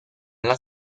las